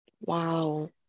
wow